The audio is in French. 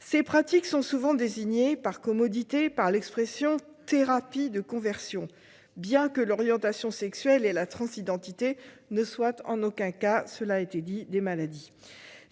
Ces pratiques sont souvent désignées, par commodité, par l'expression « thérapies de conversion », bien que l'orientation sexuelle et la transidentité ne soient en aucun cas- cela a été souligné -des maladies.